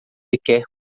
requer